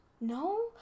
No